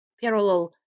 parallel